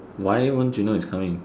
why won't you know it's coming